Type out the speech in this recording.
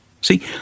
See